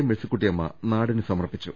മേഴ്സിക്കുട്ടിയമ്മ നാടിന് സമർപ്പിച്ചു